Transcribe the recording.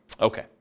Okay